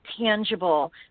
tangible